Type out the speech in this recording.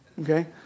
okay